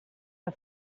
der